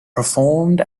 performed